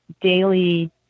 daily